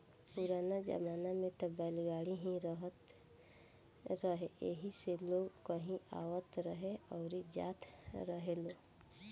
पुराना जमाना में त बैलगाड़ी ही रहे एही से लोग कहीं आवत रहे अउरी जात रहेलो